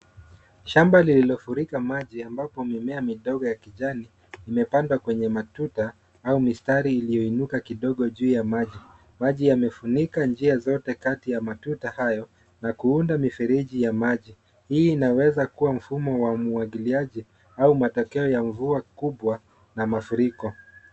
Shamba lililofurika maji ambapo mimea midogo ya kijani imepandwa kwenye matuta au mistari iliyoinuka kidogo juu ya maji. Maji yamefunika njia zote kati ya matuta hayo na kuunda mifereji ya maji. Hii inaweza kuwa mfumo wa umwagiliaji au matokeo ya mvua kubwa na mafuriko.